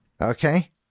Okay